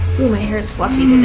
ooh, my hair's fluffy,